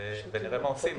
ונראה מה עושים.